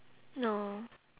no